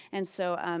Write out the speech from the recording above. and so,